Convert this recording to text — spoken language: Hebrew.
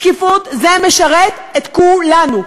שקיפות, זה משרת את כולנו.